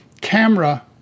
camera